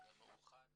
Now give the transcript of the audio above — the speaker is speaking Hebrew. ומאוחד